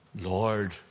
Lord